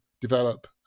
develop